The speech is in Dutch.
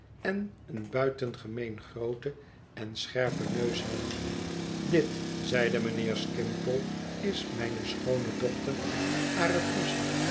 en een buitengemeen grooten en scherpen neus had dit zeide mijnheer skimpole is mijne schoone dochter